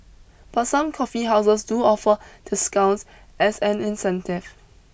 but some coffee houses do offer discounts as an incentive